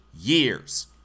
years